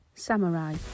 Samurai